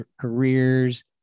careers